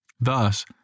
Thus